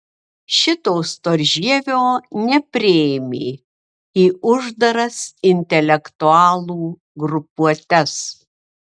šito storžievio nepriėmė į uždaras intelektualų grupuotes